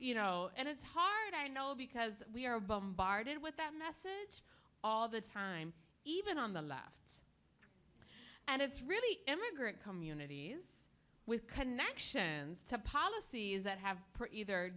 you know and it's hard i know because we are bombarded with that message all the time even on the left and it's really immigrant communities with connections to policies that have either